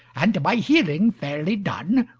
and my healing fairly done,